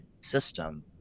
system